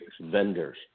vendors